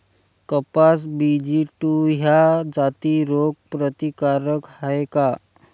कपास BG two ह्या जाती रोग प्रतिकारक हाये का?